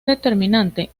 determinante